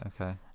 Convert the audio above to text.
Okay